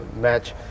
match